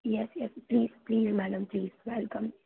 yes yes please please madam please welcome